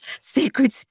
sacred